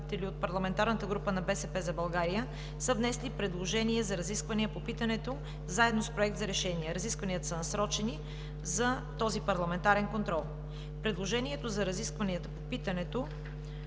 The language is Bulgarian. от парламентарната група на „БСП за България“ са внесли предложение за разисквания по питането заедно с Проект за решение. Разискванията са насрочени за този парламентарен контрол. Предложението за разискванията по питането